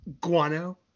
guano